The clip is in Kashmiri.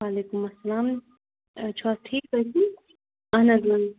وعلیکُم اسلام چھِو حظ ٹھیٖک پٲٹھی اہن حظ